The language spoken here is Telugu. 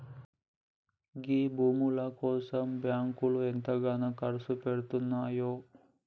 గీ భూముల కోసం బాంకులు ఎంతగనం కర్సుపెడ్తున్నయో